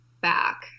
back